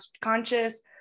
conscious